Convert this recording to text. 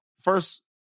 first